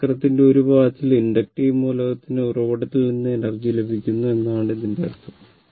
ഒരു ചക്രത്തിന്റെ 1 പാദത്തിൽ ഇൻഡക്റ്റീവ് മൂലകത്തിന് ഉറവിടത്തിൽ നിന്ന് എനർജി ലഭിക്കുന്നു എന്നതാണ് ഇതിന്റെ അർത്ഥം